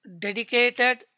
dedicated